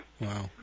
Wow